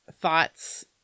thoughts